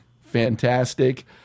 fantastic